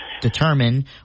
determine